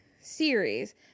series